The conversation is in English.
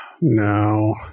No